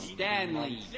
Stanley